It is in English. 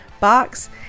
box